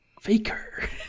Faker